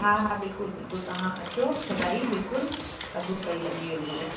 हा हा बिल्कुल बिल्कुल तव्हां अचो सदाईं बिल्कुलु अघि सही लॻी वेंदव